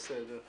בסדר.